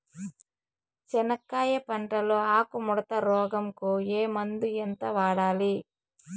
చెనక్కాయ పంట లో ఆకు ముడత రోగం కు ఏ మందు ఎంత వాడాలి?